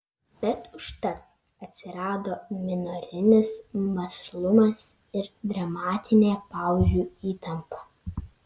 bet užtat atsirado minorinis mąslumas ir dramatinė pauzių įtampa